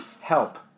Help